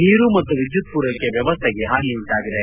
ನೀರು ಮತ್ತು ವಿದ್ಯುತ್ ಪೂರೈಕೆ ವ್ಯವಸ್ಥೆಗೆ ಹಾನಿಯಾಗಿದೆ